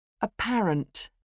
Apparent